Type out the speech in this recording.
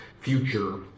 future